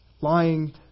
Lying